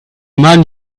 man